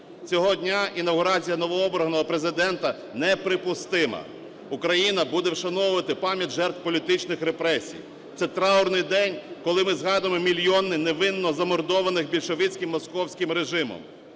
Цього дня інавгурація нового Президента неприпустима. Україна буде вшановувати пам'ять жертв політичних репресій. Це траурний день, коли ми згадуємо мільйони невинно замордованих більшовицьким московським режимом.